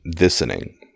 listening